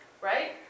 Right